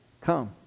come